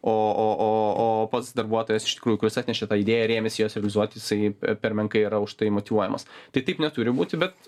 o o o o pats darbuotojas iš tikrųjų kuris atnešė tą idėją ir ėmėsi jos realizuoti jisai per menkai yra užtai motyvuojamas tai taip neturi būti bet